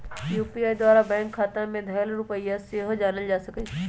UPI द्वारा bank खता में धएल रुपइया सेहो जानल जा सकइ छै